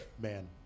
Man